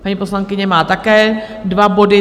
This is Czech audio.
Paní poslankyně má také dva body.